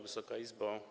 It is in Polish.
Wysoka Izbo!